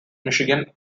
michigan